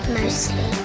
mostly